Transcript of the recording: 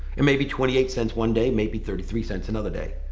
and maybe twenty eight cents one day, maybe thirty three cents another day.